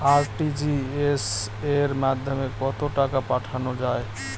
RTGS এর মাধ্যমে কত টাকা পাঠানো যায়?